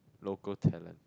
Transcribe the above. local talent